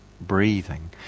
breathing